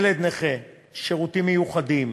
ילד נכה, שירותים מיוחדים,